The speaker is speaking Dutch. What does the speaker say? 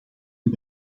een